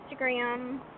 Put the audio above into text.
Instagram